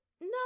no